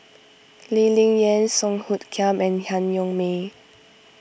Lee Ling Yen Song Hoot Kiam and Han Yong May